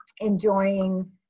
enjoying